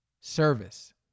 Service